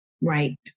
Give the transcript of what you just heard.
Right